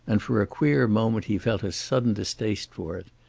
and for a queer moment he felt a sudden distaste for it.